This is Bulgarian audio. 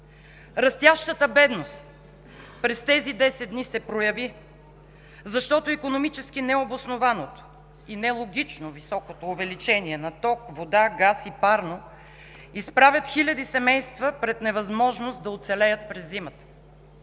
Растящата бедност през тези десет дни се прояви, защото икономически необоснованото и нелогично високото увеличение на ток, вода, газ и парно изправят хиляди семейства пред невъзможност да оцелеят през зимата.